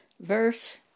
verse